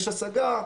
יש הסגה,